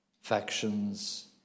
factions